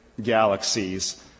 galaxies